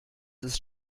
ist